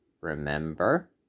Remember